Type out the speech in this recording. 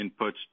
inputs